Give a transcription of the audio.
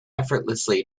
effortlessly